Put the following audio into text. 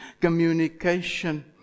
communication